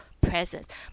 presence